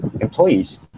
employees